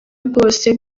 byose